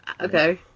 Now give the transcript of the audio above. Okay